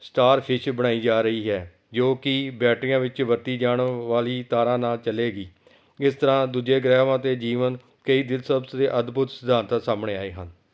starfish ਬਣਾਈ ਜਾ ਰਹੀ ਹੈ ਜੋ ਕਿ ਬੈਟਰੀਆਂ ਵਿੱਚ ਵਰਤੀ ਜਾਣ ਵਾਲੀ ਤਾਰਾਂ ਨਾਲ ਚੱਲੇਗੀ ਇਸ ਤਰ੍ਹਾਂ ਦੂਜੇ ਗ੍ਰਹਿਆਂ 'ਤੇ ਜੀਵਨ ਕਈ ਦਿਲਚਸਪ ਅਤੇ ਅਦਭੁਤ ਸਿਧਾਂਤ ਸਾਹਮਣੇ ਆਏ ਹਨ